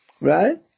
Right